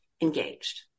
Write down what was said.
engaged